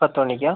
പത്ത് മണിക്കോ